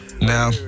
Now